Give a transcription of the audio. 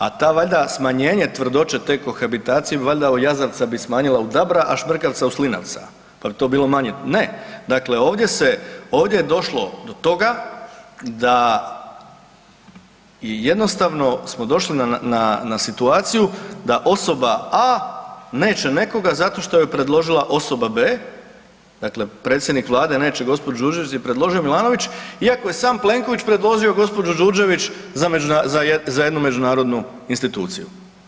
A ta valjda, smanjenje tvrdoće te kohabitacija valjda jazavca bi smanjila u dabra, a šmrkavca u slinavca, pa bi to bilo manje, ne, dakle, ovdje je došlo do toga da je jednostavno smo došli na situaciju da osoba A neće nekoga zato što ju je predložila osoba B. Dakle, predsjednik Vlade neće gospođu Đurđević jer ju je predložio Milanović, iako je sam Plenković predložio gospođu Đurđević za jednu međunarodnu instituciju.